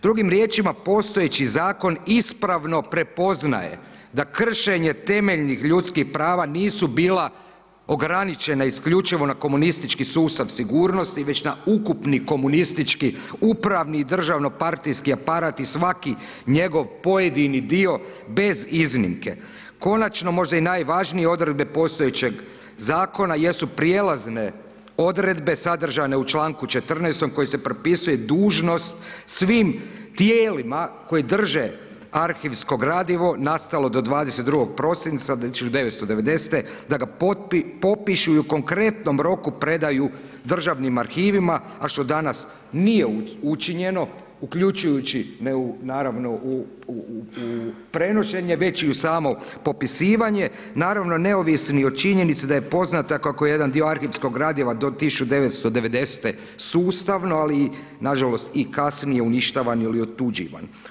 Drugim riječima postojeći zakon ispravno prepoznaje da kršenje temeljnih ljudskih prava nisu bila ograničena isključivo na komunistički sustav sigurnosti već na ukupni komunistički upravni i državno-partijski aparat i svaki njegov pojedini dio bez iznimke konačno možda i najvažnije odredbe postojećeg zakona jesu prijelazne odredbe sadržane u članku 14. kojim se propisuje dužnost svim tijelima koje drže arhivsko gradivo nastalo do 22. prosinca 1990. da ga popišu i u konkretnom roku predaju državnim arhivima a što danas nije učinjeno uključujući naravno u prenošenje već i u samo popisivanje naravno neovisni o činjenici da je poznato kako je jedan dio arhivskog gradiva do 1990. sustavno, ali i na žalost i kasnije uništavan ili otuđivan.